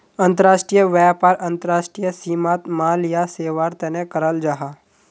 अंतर्राष्ट्रीय व्यापार अंतर्राष्ट्रीय सीमात माल या सेवार तने कराल जाहा